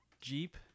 jeep